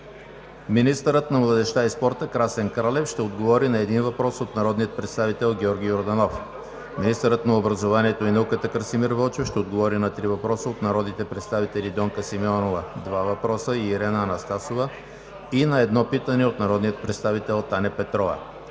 министърът на младежта и спорта Красен Кралев ще отговори на един въпрос от народния представител Георги Йорданов; - министърът на образованието и науката Красимир Вълчев ще отговори на три въпроса от народните представители Донка Симеона, два въпроса; и Ирена Анастасова и на едно питане от народния представител Таня Петрова.